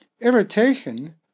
irritation